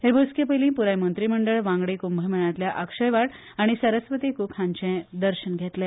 ह्या बसके पयली पूराय मंत्रीमंडळ वांगडी क्ंभमेळातल्या अक्षयवाट आनी सरस्वती क्क हांचे दर्शन घेतले